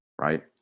right